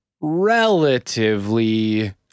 relatively